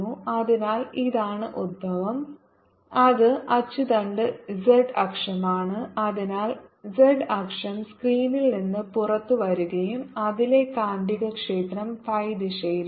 അതിനാൽ ഇതാണ് ഉത്ഭവം അത് അച്ചുതണ്ട് z അക്ഷമാണ് അതിനാൽ z അക്ഷം സ്ക്രീനിൽ നിന്ന് പുറത്തുവരുകയും അതിലെ കാന്തികക്ഷേത്രം phi ദിശയിലുമാണ്